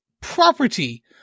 property